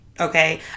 okay